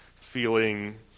feeling